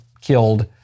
killed